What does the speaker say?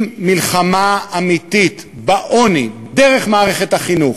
עם מלחמה אמיתית בעוני, דרך מערכת החינוך,